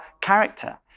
character